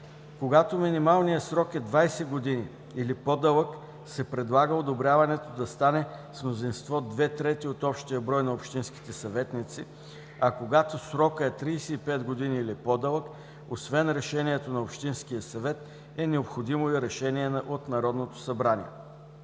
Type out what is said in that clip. когато максималният срок е 20 години или по-дълъг, се предлага одобряването да стане с мнозинство две трети от общия брой от общинските съветници, а когато срокът е 35 години или по-дълъг, освен решение от общинския съвет е необходимо и решение от Народното събрание.